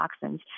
toxins